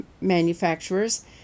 manufacturers